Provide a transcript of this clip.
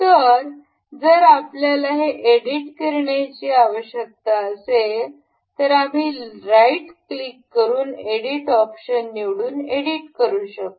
तर जर आपल्याला ते एडिट करण्याची आवश्यकता असेल तर आम्ही राइट क्लिक करून एडिट ऑप्शन निवडून एडिट करू शकतो